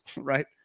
right